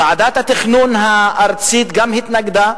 ועדת התכנון הארצית גם התנגדה,